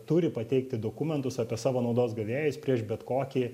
turi pateikti dokumentus apie savo naudos gavėjus prieš bet kokį